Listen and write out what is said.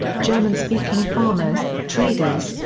german speaking farmers, traders,